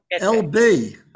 LB